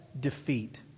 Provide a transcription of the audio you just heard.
defeat